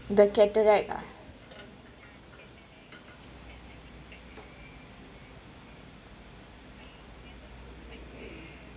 the cataract ah